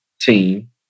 team